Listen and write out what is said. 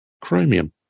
chromium